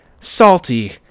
salty